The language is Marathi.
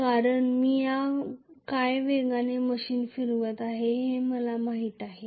कारण मी काय वेगाने मशीन फिरवत आहे हे मला माहित आहे